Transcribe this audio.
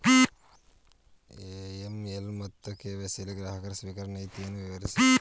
AML ಮತ್ತು KYC ಯಲ್ಲಿ ಗ್ರಾಹಕ ಸ್ವೀಕಾರ ನೀತಿಯನ್ನು ವಿವರಿಸಿ?